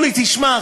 אמרו לי: תשמע,